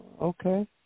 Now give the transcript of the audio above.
Okay